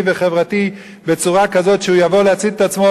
וחברתי בצורה כזאת שהוא יבוא להצית עצמו.